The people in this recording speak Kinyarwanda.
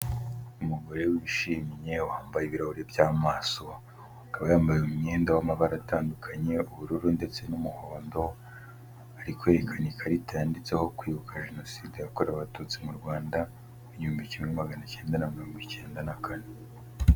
Umugore wishimye wambaye ibirahuri by'amaso, akaba yambaye umwenda w'amabara atandukanye, ubururu ndetse n'umuhondo, ari kwerekana ikarita yanditseho kwibuka Jenoside yakorewe Abatutsi mu Rwanda, mu gihumbi kimwe magana cyenda na mirongo icyenda na kane.